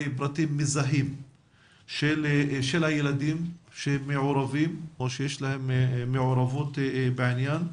פרטים מזהים של הילדים שמעורבים או שיש להם מעורבות בעניין.